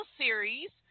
series